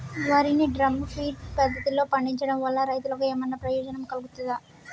వరి ని drum feed పద్ధతిలో పండించడం వల్ల రైతులకు ఏమన్నా ప్రయోజనం కలుగుతదా?